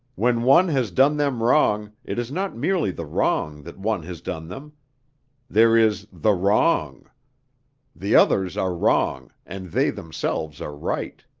when one has done them wrong it is not merely the wrong that one has done them there is the wrong the others are wrong and they themselves are right.